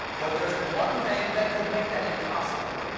but there's one thing that could make that impossible.